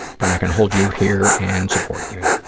but i can hold you here and support you.